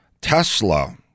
Tesla